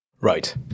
Right